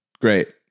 Great